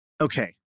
Okay